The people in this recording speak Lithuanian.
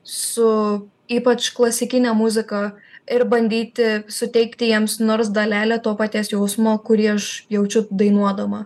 su ypač klasikine muzika ir bandyti suteikti jiems nors dalelę to paties jausmo kurį aš jaučiu dainuodama